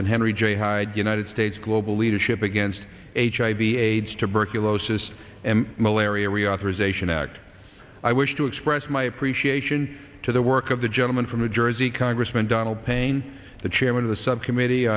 and henry j high united states global leadership against hiv aids tuberculosis and malaria reauthorization act i wish to express my appreciation to the work of the gentleman from new jersey congressman donald payne the chairman of the subcommittee